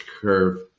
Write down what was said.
curve